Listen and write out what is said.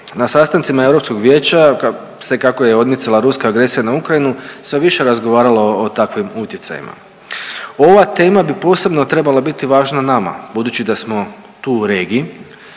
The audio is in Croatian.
Na sastancima Europskog vijeća se kako je odmicala ruska agresija na Ukrajinu sve više razgovaralo o takvim utjecajima. Ova tema bi posebno trebala biti važna nama budući da smo tu u regiji,